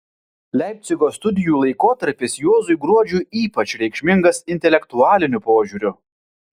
leipcigo studijų laikotarpis juozui gruodžiui ypač reikšmingas intelektualiniu požiūriu